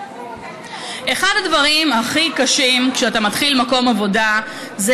אחד הדברים הכי קשים כשאתה מתחיל מקום עבודה זה